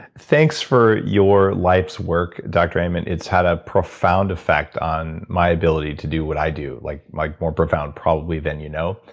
thanks for your life's work dr. amen. it's had a profound effect on my ability to do what i do, like more profound probably than you know.